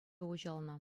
уҫӑлнӑ